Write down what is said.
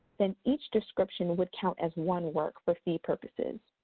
then each description would count as one work for fee purposes.